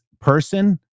person